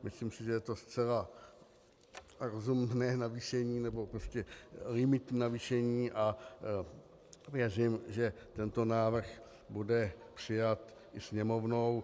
Myslím si, že je to zcela rozumné navýšení, nebo prostě limit navýšení, a věřím, že tento návrh bude přijat Sněmovnou.